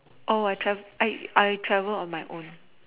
oh I travel I I travel on my own